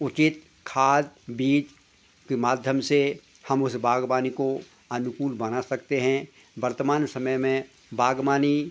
उचित खाद बीज के माध्यम से हम उस बाग़बानी को अनुकूल बना सकते हैं वर्तमान समय में बाग़बानी